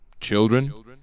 Children